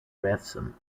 revson